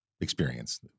experience